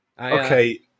Okay